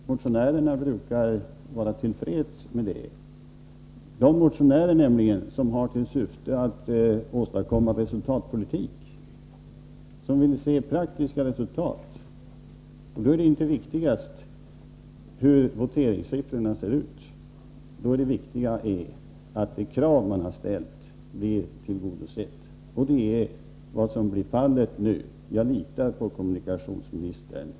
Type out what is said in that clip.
Motionärerna brukar vara till freds med det. För de motionärer nämligen som vill föra resultatpolitik och se praktiska resultat är det inte viktigast hur voteringssiffrorna blir. För dem är det viktigaste att deras krav uppfylls. Det är vad som blir fallet nu. Jag litar på kommunikationsministern.